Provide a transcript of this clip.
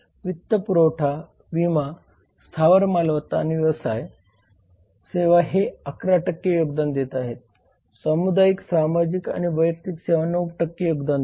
वित्तपुरवठा विमा स्थावर मालमत्ता आणि व्यवसाय सेवा हे 11 योगदान देतात सामुदायिक सामाजिक आणि वैयक्तिक सेवा 9 योगदान देतात